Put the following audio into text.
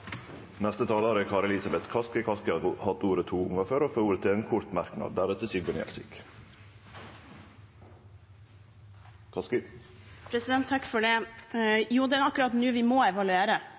Kari Elisabeth Kaski har hatt ordet to gonger tidlegare og får ordet til ein kort merknad, avgrensa til 1 minutt. Jo, det er akkurat nå vi må evaluere.